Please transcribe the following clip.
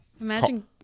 imagine